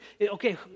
okay